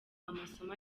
amasomo